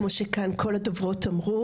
כמו שכאן כל הדוברות שלפניי אמרו,